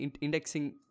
indexing